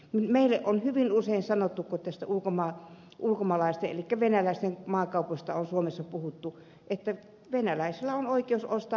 meille on hyvin usein sanottu kun näistä ulkomaalaisten elikkä venäläisten maakaupoista on suomessa puhuttu että venäläisillä on oikeus ostaa maata